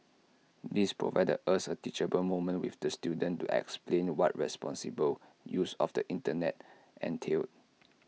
this provided us A teachable moment with the student to explain what responsible use of the Internet entailed